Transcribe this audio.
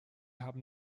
haben